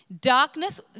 Darkness